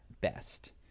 best